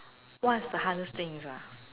what's the hardest things ah